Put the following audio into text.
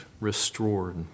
restored